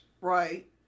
Right